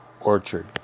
Orchard